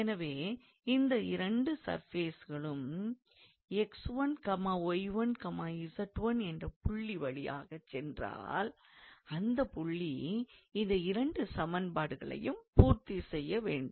எனவே இந்த இரண்டு சர்ஃபேசுகளும் 𝑥1𝑦1𝑧1 என்ற புள்ளி வழியாகச் சென்றால் அந்தப் புள்ளி இந்த இரண்டு சமன்பாடுகளையும் பூர்த்தி செய்ய வேண்டும்